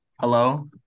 hello